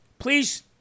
Please